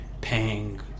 paying